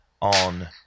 on